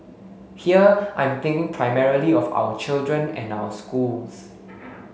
here I'm thinking primarily of our children and our schools